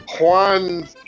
Juan